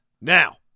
now